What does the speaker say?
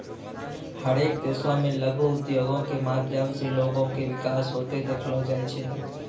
हरेक देशो मे लघु उद्योगो के माध्यम से लोगो के विकास होते देखलो जाय छै